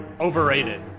Overrated